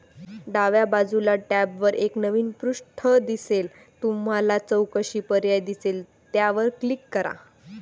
डाव्या बाजूच्या टॅबवर एक नवीन पृष्ठ दिसेल तुम्हाला चौकशी पर्याय दिसेल त्यावर क्लिक करा